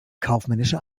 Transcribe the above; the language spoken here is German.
kaufmännischer